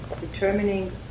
determining